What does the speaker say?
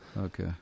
Okay